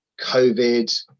covid